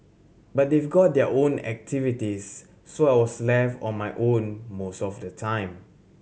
but they've got their own activities so I was left on my own most of the time